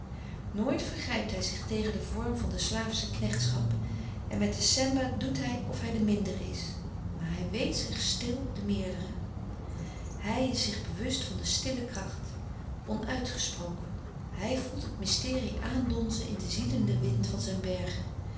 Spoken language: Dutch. nooit vergrijpt hij zich tegen den vorm van de slaafsche knechtschap en met de semba doet hij of hij de mindere is maar hij weet zich stil louis couperus de stille kracht de meerdere hij is zich bewust van de stille kracht onuitgesproken hij voelt het mysterie aandonzen in den ziedenden wind van zijn bergen